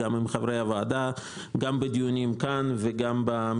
גם עם חברי הוועדה בדיונים כאן ובמפגשים